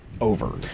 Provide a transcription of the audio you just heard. over